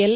L